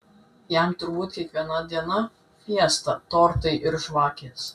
jam turbūt kiekviena diena fiesta tortai ir žvakės